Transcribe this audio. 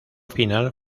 final